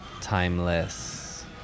Timeless